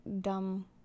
dumb